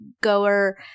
goer